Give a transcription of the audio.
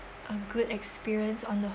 a good experience on the